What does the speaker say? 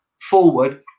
forward